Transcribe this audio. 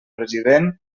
president